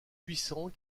puissants